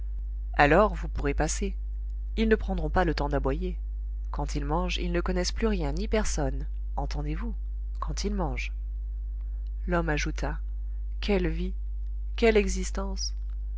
alors vous pourrez passer ils ne prendront pas le temps d'aboyer quand ils mangent ils ne connaissent plus rien ni personne entendez-vous quand ils mangent l'homme ajouta quelle vie quelle existence